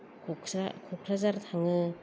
क'क्राझार थाङो